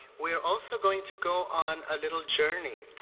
we're also going to go on a little journey.